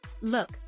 Look